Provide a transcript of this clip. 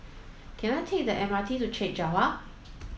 can I take the M R T to Chek Jawa